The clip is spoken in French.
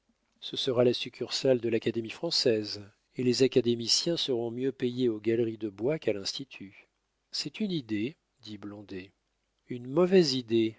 ce sera la succursale de l'académie française et les académiciens seront mieux payés aux galeries de bois qu'à l'institut c'est une idée dit blondet une mauvaise idée